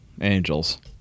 Angels